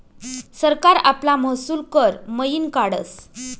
सरकार आपला महसूल कर मयीन काढस